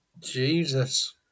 Jesus